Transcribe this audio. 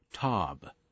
Tob